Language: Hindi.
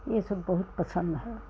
यह सब बहुत पसंद है